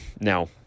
Now